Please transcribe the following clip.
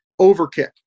overkick